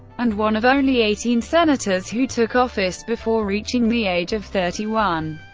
and one of only eighteen senators who took office before reaching the age of thirty one.